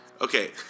Okay